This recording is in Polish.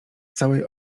całej